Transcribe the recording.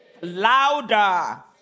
louder